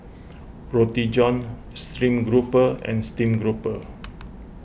Roti John Stream Grouper and Steamed Grouper